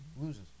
Loses